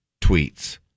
tweets